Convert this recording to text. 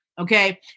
okay